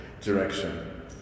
direction